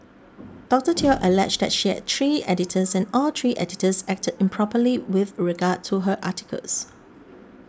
Doctor Teo alleged that she had three editors and all three editors acted improperly with regard to her articles